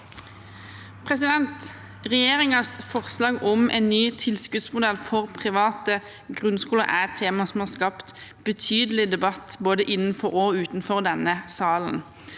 Regje- ringens forslag om en ny tilskuddsmodell for private grunnskoler er et tema som har skapt betydelig debatt både innenfor og utenfor denne salen.